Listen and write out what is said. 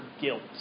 guilt